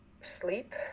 sleep